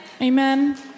Amen